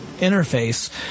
interface